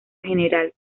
general